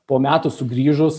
po metų sugrįžus